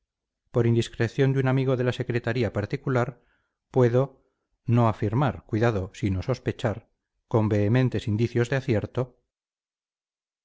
por indiscreción de un amigo de la secretaría particular puedo no afirmar cuidado sino sospechar con vehementes indicios de acierto